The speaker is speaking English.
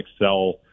excel